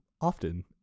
often